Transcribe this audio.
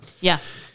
Yes